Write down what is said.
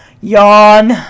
yawn